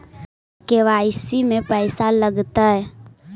KYC में पैसा लगतै?